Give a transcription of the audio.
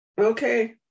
okay